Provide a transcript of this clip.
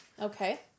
Okay